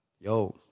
Yo